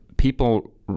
people